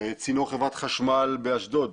צינור חברת חשמל באשדוד,